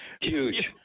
huge